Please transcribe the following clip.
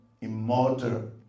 immortal